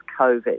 COVID